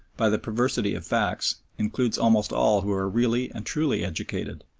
by the perversity of facts, includes almost all who are really and truly educated,